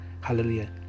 Hallelujah